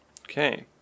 Okay